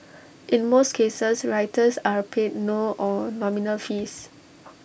in most cases writers are paid no or nominal fees